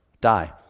die